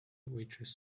waitress